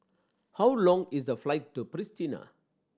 how long is the flight to Pristina